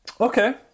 Okay